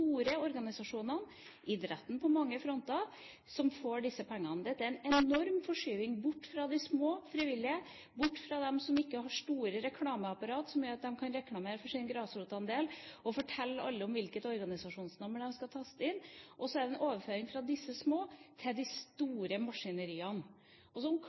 store organisasjonene – idretten på mange fronter – som får disse pengene. Dette er en enorm forskyvning bort fra de små frivillige, bort fra dem som ikke har store reklameapparat som gjør at de kan reklamere for sin grasrotandel og fortelle alle om hvilket organisasjonsnummer de skal taste inn, og en overføring fra disse små til de